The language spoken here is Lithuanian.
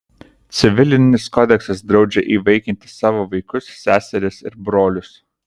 civilinis kodeksas draudžia įvaikinti savo vaikus seserys ir brolius